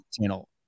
channel